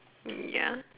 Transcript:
mm ya